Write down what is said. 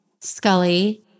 Scully